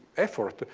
effort, but